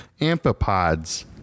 Amphipods